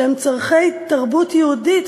שהם צורכי תרבות יהודית,